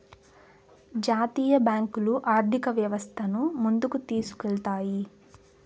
జాతీయ బ్యాంకులు ఆర్థిక వ్యవస్థను ముందుకు తీసుకెళ్తాయి